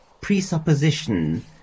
presupposition